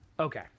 okay